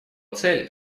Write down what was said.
цель